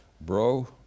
Bro